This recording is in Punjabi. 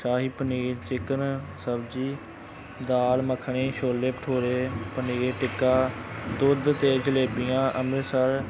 ਸ਼ਾਹੀ ਪਨੀਰ ਚਿਕਨ ਸਬਜ਼ੀ ਦਾਲ ਮੱਖਣੀ ਛੋਲੇ ਭਟੂਰੇ ਪਨੀਰ ਟਿੱਕਾ ਦੁੱਧ ਅਤੇ ਜਲੇਬੀਆਂ ਅੰਮ੍ਰਿਤਸਰ